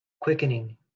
quickening